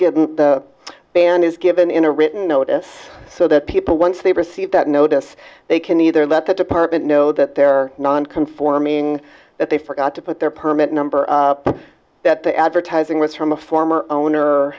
given the ban is given in a written notice so that people once they receive that notice they can either let the department know that their non conforming that they forgot to put their permit number that the advertising was from a former owner